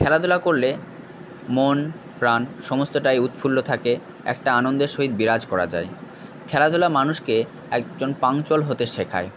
খেলাধুলা করলে মন প্রাণ সমস্তটাই উৎফুল্ল থাকে একটা আনন্দের সহিত বিরাজ করা যায় খেলাধুলা মানুষকে একজন পাংচুয়াল হতে শেখায়